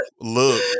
look